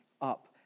up